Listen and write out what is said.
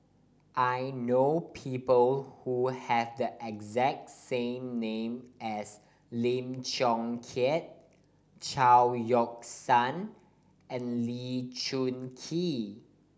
I know people who has the exact name as Lim Chong Keat Chao Yoke San and Lee Choon Kee